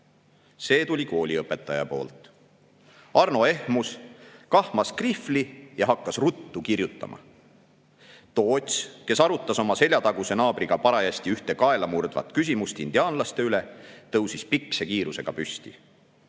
tuli kooliõpetaja poolt. Arno ehmus, kahmas krihvli ja hakkas ruttu kirjutama. Toots, kes arutas oma seljataguse naabriga parajasti ühte kaelamurdvat küsimust indiaanlaste üle, tõusis pikse kiirusega püsti."Ei